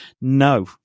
No